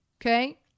okay